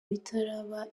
bitaraba